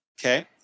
Okay